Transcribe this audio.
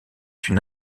une